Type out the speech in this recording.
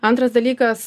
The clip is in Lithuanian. antras dalykas